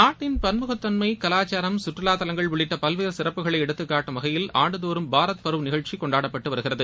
நாட்டின் பன்முகத்தன்மை கலாச்சாரம் சுற்றுவா தலங்கள் உள்ளிட்ட பல்வேறு சிறப்புகளை எடுத்துக்காட்டும் வகையில் ஆண்டுதோறும் பாரத் பருவ் நிகழ்ச்சி கொண்டாடப்பட்டு வருகிறது